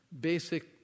basic